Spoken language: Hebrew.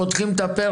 פותחים את הפה,